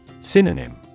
Synonym